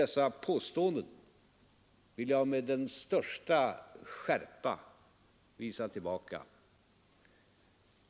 Dessa påståenden vill jag med den största skärpa visa tillbaka.